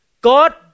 God